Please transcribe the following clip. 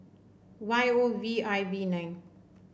Y O V I V nine